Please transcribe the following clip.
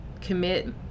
commit